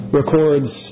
records